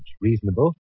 reasonable